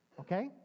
okay